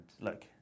look